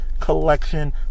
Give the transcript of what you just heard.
collection